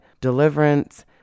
deliverance